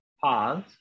pause